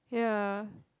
ya